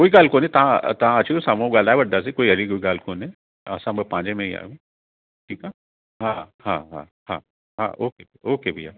कोई ॻाल्हि कोन्हे तव्हां तव्हां अचिजो साम्हूं ॻाल्हाइ वठंदासीं कोई अहिड़ी कोई ॻाल्हि कोन्हे असां ॿ पंहिंजे में ई आहियूं ठीकु आहे हा हा हा हा हा ओके ओके भईया